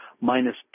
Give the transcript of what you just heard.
minus